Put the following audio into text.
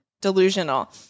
delusional